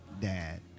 Dad